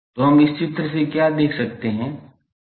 तो हम इस चित्र से क्या देख सकते हैं